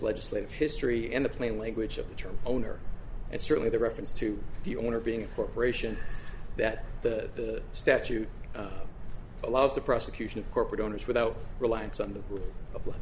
legislative history in the plain language of the term owner and certainly the reference to the owner being a corporation that the statute allows the prosecution of corporate owners without reliance on